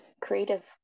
creative